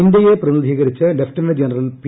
ഇന്ത്യയെ പ്രതിനിധീകരിച്ച് lieutenant general P